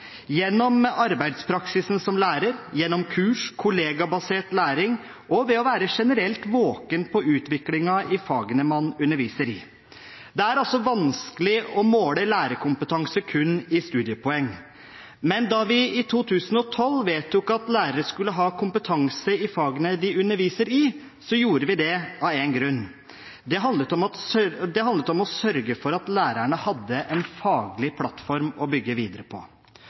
gjennom arbeidspraksisen som lærer, gjennom kurs, gjennom kollegabasert læring og gjennom det å være generelt våken med tanke på utviklingen i fagene man underviser i. Det er vanskelig å måle lærerkompetanse kun i studiepoeng, men da vi i 2012 vedtok at lærere skulle ha kompetanse i fagene de underviser i, målte vi det av én grunn – det handlet om å sørge for at lærerne hadde en faglig plattform å bygge videre på.